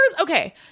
okay